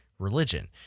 religion